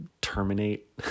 terminate